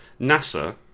NASA